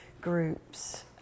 groups